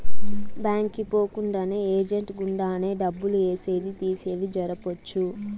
bank కి పోకుండానే agent గుండానే డబ్బులు ఏసేది తీసేది జరపొచ్చు